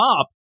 up